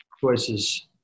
Choices